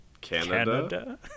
Canada